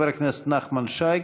חבר הכנסת נחמן שי,